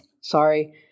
sorry